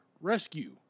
rescue